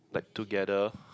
like together